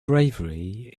bravery